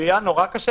זה יהיה לה נורא קשה,